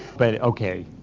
but okay,